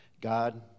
God